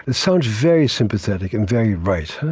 it sounds very sympathetic and very right.